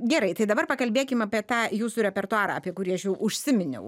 gerai tai dabar pakalbėkim apie tą jūsų repertuarą apie kurį aš jau užsiminiau